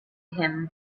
him